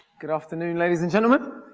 good afternoon, ladies and gentlemen.